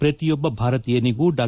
ಪ್ರತಿಯೊಬ್ಲ ಭಾರತೀಯನಿಗೂ ಡಾ